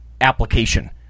application